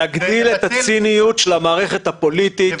להגדיל את הציניות של המערכת הפוליטית,